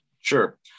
Sure